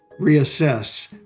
reassess